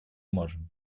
можем